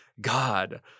God